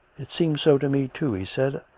it seemed so to me too, he said.